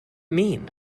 mean